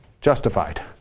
justified